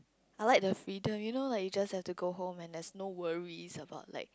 I like the freedom you know like you just have to go home and there's no worries about like